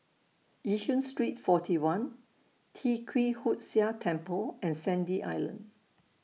Yishun Street forty one Tee Kwee Hood Sia Temple and Sandy Island